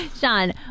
Sean